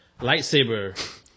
lightsaber